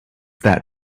that